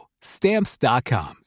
Stamps.com